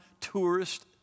tourist